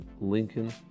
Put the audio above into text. Lincoln